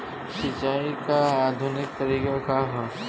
सिंचाई क आधुनिक तरीका का ह?